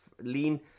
lean